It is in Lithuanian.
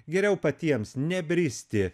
geriau patiems nebristi